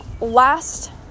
last